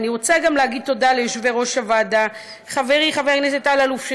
ואני רוצה גם להגיד תודה ליושבי-ראש הוועדה: חברי חבר הכנסת אלאלוף,